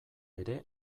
ere